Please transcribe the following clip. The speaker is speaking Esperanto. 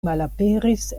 malaperis